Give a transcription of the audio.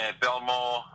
Belmore